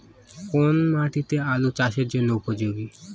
কোন মাটি আলু চাষের জন্যে উপযোগী?